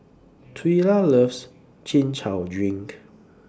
Twyla loves Chin Chow Drink